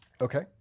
Okay